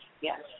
yes